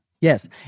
Yes